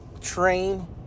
train